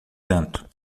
tanto